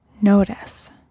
Notice